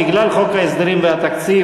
בגלל חוק ההסדרים והתקציב,